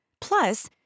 Plus